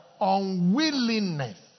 unwillingness